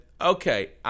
okay